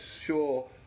sure